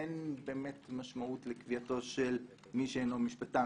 אין באמת משמעות לקביעתו של מי שאינו משפטן,